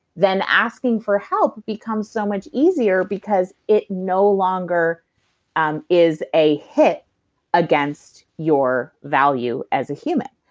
then asking for help becomes so much easier because it no longer and is a hit against your value as a human.